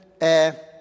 air